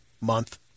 month